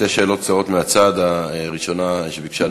שאלות קצרות מהצד: הראשונה שביקשה,